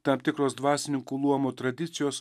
tam tikros dvasininkų luomo tradicijos